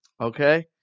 Okay